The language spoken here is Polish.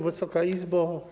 Wysoka Izbo!